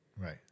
Right